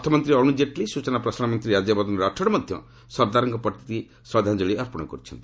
ଅର୍ଥମନ୍ତ୍ରୀ ଅରୁଣ ଜେଟଲୀ ସୂଚନା ପ୍ରସାରଣ ମନ୍ତ୍ରୀ ରାଜ୍ୟବର୍ଦ୍ଧନ ରାଠୋର ମଧ୍ୟ ସର୍ଦ୍ଦାର ପଟେଲଙ୍କ ପ୍ରତି ଶ୍ରଦ୍ଧାଞ୍ଜଳୀ ଅର୍ପଣ କରିଛନ୍ତି